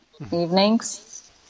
evenings